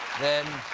than.